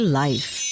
life